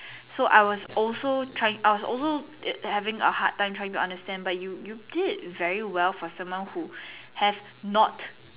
so I was also trying I was also having a hard time trying to understand but you you did very well for someone who have not